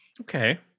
Okay